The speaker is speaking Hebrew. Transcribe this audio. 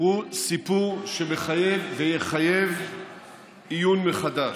הוא סיפור שמחייב ויחייב עיון מחדש,